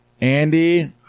Andy